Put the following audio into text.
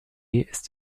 ist